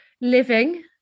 living